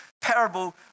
parable